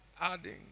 Adding